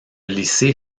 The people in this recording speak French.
lycée